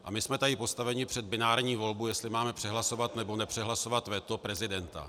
A my jsme tady postaveni před binární volbu, jestli máme přehlasovat, nebo nepřehlasovat veto prezidenta.